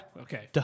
Okay